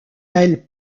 elle